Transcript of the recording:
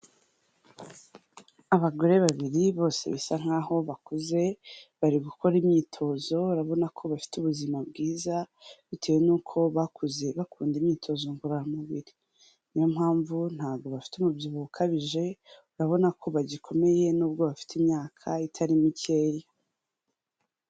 Abagore babiri bose bisa nk'aho bakuze, bari gukora imyitozo urabona ko bafite ubuzima bwiza bitewe n'uko bakuze bakunda imyitozo ngororamubiri, niyo mpamvu ntabwo bafite umubyibuho ukabije urabona ko bagikomeye n'ubwo bafite imyaka itari mikeya.